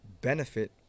benefit